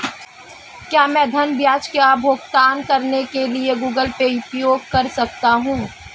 क्या मैं ऋण ब्याज का भुगतान करने के लिए गूगल पे उपयोग कर सकता हूं?